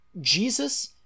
Jesus